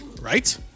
Right